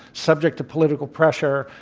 subject to political pressure,